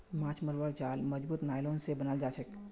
माछ मरवार जाल मजबूत नायलॉन स बनाल जाछेक